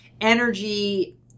energy